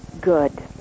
good